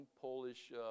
Polish